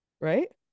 Right